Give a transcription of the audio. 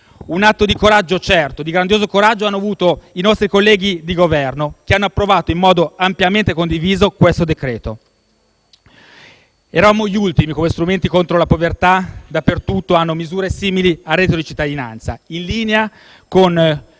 Un atto di coraggio, certo, di grandioso coraggio hanno avuto i nostri colleghi di Governo che hanno approvato in modo ampiamente condiviso questo decreto. Eravamo gli ultimi nel campo degli strumenti contro la povertà. Dappertutto hanno misure simili al reddito di cittadinanza, in linea con